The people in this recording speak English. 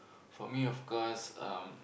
for me of course um